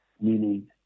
meaning